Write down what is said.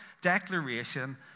declaration